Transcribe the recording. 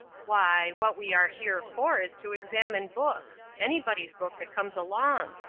why, what we are here for is to examine books anybody's book that comes along.